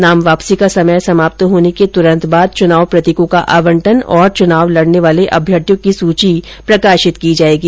नाम वापसी का समय समाप्त होने के तुरन्त बाद चुनाव प्रतीकों का आवंटन और चुनाव लड़ने वाले अभ्यर्थियों की सूची का प्रकाशन किया जाएगा